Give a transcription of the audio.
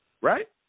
Right